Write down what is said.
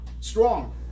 strong